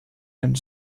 and